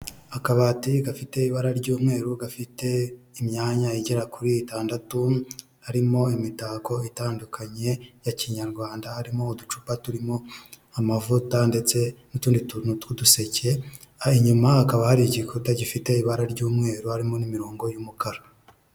Akabati gafite ibara ry'umweru, gafite imyanya igera kuri itandatu, harimo imitako itandukanye ya kinyarwand, harimo uducupa turimo amavuta ndetse n'utundi tuntu tw'uduseke, inyuma hakaba hari igikuta gifite ibara ry'umweru, harimo n'imirongo y'umukara.